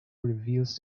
reveals